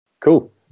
Cool